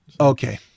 Okay